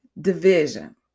division